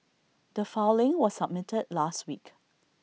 the filing was submitted last week